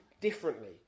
differently